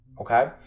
okay